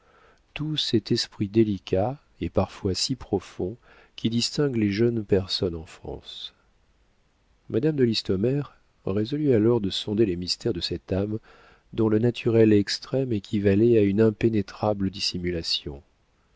tout cet esprit délicat et parfois si profond qui distingue les jeunes personnes en france madame de listomère résolut alors de sonder les mystères de cette âme dont le naturel extrême équivalait à une impénétrable dissimulation